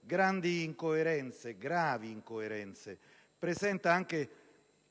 Grandi e gravi incoerenze presenta anche